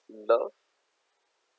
love